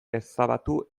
ezabatu